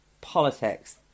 politics